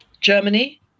Germany